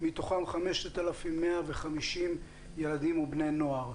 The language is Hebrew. מתוכם 5,150 ילדים ובני נוער,